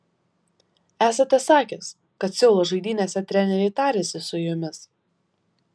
esate sakęs kad seulo žaidynėse treneriai tarėsi su jumis